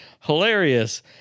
hilarious